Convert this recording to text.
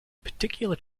particular